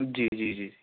جی جی جی